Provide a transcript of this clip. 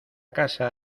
casa